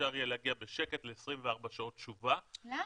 שאפשר יהיה להגיע בשקט ל-24 שעות תשובה -- למה?